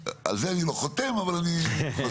על זה אני לא חותם אבל אני חושב.